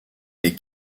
des